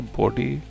body